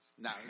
no